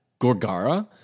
Gorgara